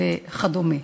וכדומה.